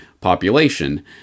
population